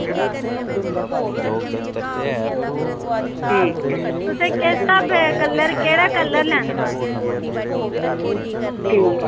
तुसें किस स्हाबे दे कलर केह्ड़ा कलर लैना